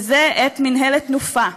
וזה מינהלת "תנופה".